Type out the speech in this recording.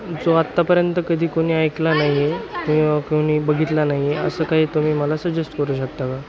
जो आत्तापर्यंत कधी कोणी ऐकला नाही आहे किंवा कोणी बघितला नाही आहे असं काही तुम्ही मला सजेस्ट करू शकता का